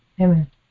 Amen